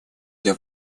для